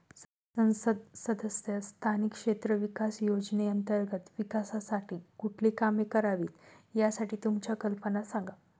संसद सदस्य स्थानिक क्षेत्र विकास योजने अंतर्गत विकासासाठी कुठली कामे करावीत, यासाठी तुमच्या कल्पना सांगा